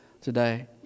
today